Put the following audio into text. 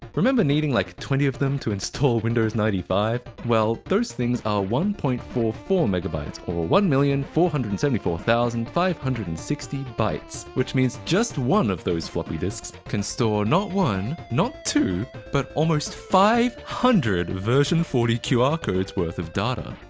remember needing like twenty of them to install windows ninety five? well, those things are one point four four mb and or one million four hundred and seventy four thousand five hundred and sixty bytes. which means just one of those floppy disks can store not one, not two, but almost five hundred version forty qr codes worth of data.